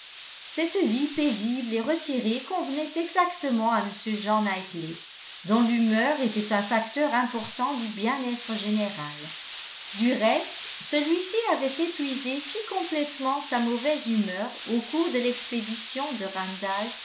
cette vie paisible et retirée convenait exactement à m jean knightley dont l'humeur était un facteur important du bien-être général du reste celui-ci avait épuisé si complètement sa mauvaise humeur au cours de l'expédition de randalls